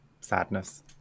sadness